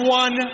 one